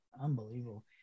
unbelievable